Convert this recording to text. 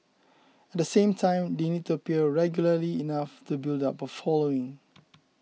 at the same time they need to appear regularly enough to build up a following